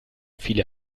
viele